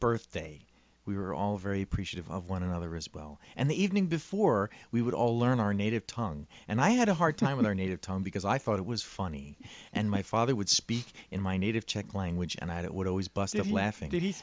birthday we were all very preachy of of one another as well and the evening before we would all learn our native tongue and i had a hard time in our native tongue because i thought it was funny and my father would speak in my native czech language and it would always bussy of laughing